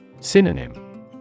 Synonym